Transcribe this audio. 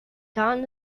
town